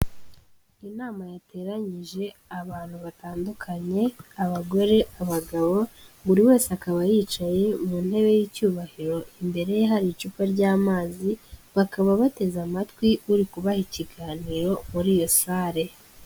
Inama yateranyije abantu batandukanye, abagore, abagabo, buri wese akaba yicaye mu ntebe y'icyubahiro imbere ye hari icupa ry'amazi, bakaba bateze amatwi uri kubaha ikiganiro muri iyo sare.